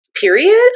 period